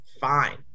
fine